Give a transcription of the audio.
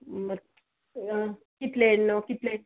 ಹ್ಞೂ ಮತ್ತು ಈಗ ಕಿತ್ಳೆ ಹಣ್ಣು ಕಿತ್ಳೆ